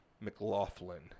McLaughlin